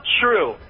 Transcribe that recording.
true